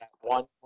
one